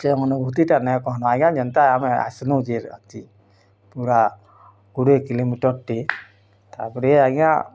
ସେ ଅନୁଭୂତି ତା'ର ନାଇ କହନା ଆଜ୍ଞା ଯେନ୍ତା ଆମେ ଆସିନୁ ଜି ରାତି ପୁରା କୋଡ଼ିଏ କିଲୋମିଟର୍ଟେ ତା'ପରେ ଆଜ୍ଞା